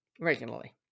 regularly